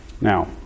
Now